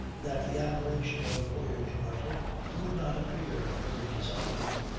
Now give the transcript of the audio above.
that the appellation of voyage-writer would not appear very desirable.